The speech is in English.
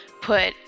put